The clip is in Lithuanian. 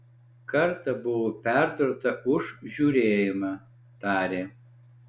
kartą buvau perdurta už žiūrėjimą tarė